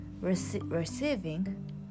receiving